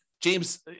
James